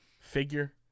figure